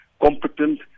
competent